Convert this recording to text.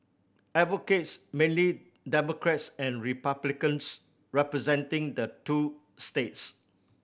advocates mainly Democrats and Republicans representing the two states